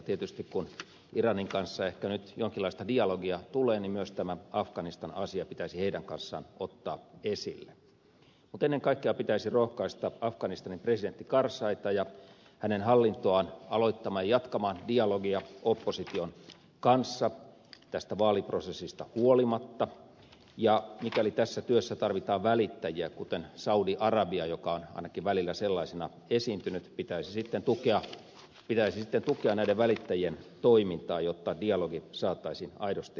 tietysti kun iranin kanssa ehkä nyt jonkinlaista dialogia tulee niin myös tämä afganistan asia pitäisi heidän kanssaan ottaa esille mutta ennen kaikkea pitäisi rohkaista afganistanin presidentti karzaita ja hänen hallintoaan aloittamaan ja jatkamaan dialogia opposition kanssa tästä vaaliprosessista huolimatta ja mikäli tässä työssä tarvitaan välittäjiä kuten saudi arabiaa joka on ainakin välillä sellaisena esiintynyt pitäisi sitten tukea näiden välittäjien toimintaa jotta dialogi saataisiin aidosti liikkeelle